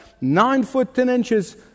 nine-foot-ten-inches